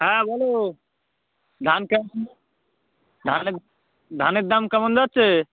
হ্যাঁ বলো ধান কেমন ধান ধানের দাম কেমন যাচ্ছে